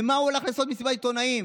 למה הוא הלך לעשות מסיבת עיתונאים?